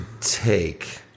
take